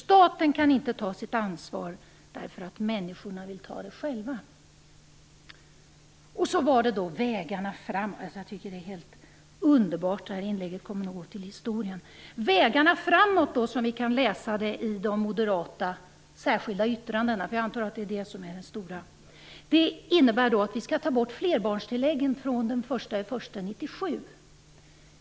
Staten kan inte ta sitt ansvar, därför att människorna vill ta det själva. Och så var det då vägarna framåt - inlägget är helt underbart och kommer nog att gå till historien - som man kan läsa om i de moderata särskilda yttrandena. Det innebär att flerbarnstilläggen skall tas bort från den 1 januari 1997.